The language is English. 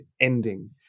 ending